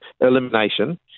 elimination